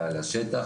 והשטח,